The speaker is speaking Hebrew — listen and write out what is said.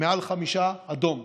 מעל חמישה, אדום.